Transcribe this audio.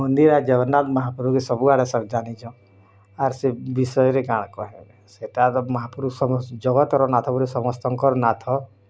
ମୁଣ୍ଡିଆ ଜଗନ୍ନାଥ ମହାପ୍ରଭୁ ସବୁ ଆଡ଼େ ସବୁ ଜାଣିଚ୍ ଆର୍ ସେ ବିଷୟରେ କାଣା କହିବି ସେଇଟା ତ୍ ମହାପ୍ରଭୁ ଜଗତର ନାଥ ବୋଲି ସମସ୍ତଙ୍କର୍ ନାଥ